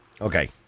Okay